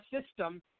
system